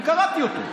אני קראתי אותו,